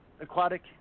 aquatic